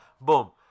Boom